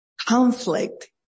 Conflict